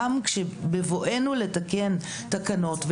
גם בבואנו לתקן תקנות,